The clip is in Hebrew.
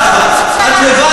השמאל מזדעק.